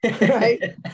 right